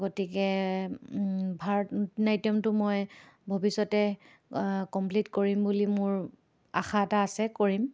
গতিকে ভাৰত নাট্যমটো মই ভৱিষ্যতে কমপ্লিট কৰিম বুলি মোৰ আশা এটা আছে কৰিম